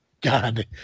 God